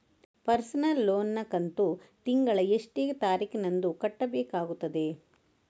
Personal loan ನ ಕಂತು ತಿಂಗಳ ಎಷ್ಟೇ ತಾರೀಕಿನಂದು ಕಟ್ಟಬೇಕಾಗುತ್ತದೆ?